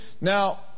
Now